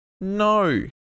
no